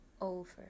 over